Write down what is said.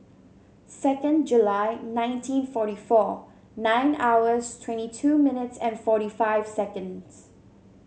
second July nineteen forty four nine hours twenty two minutes and forty five seconds